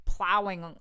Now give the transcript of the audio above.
plowing